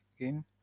again